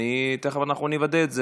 תכף נוודא את זה.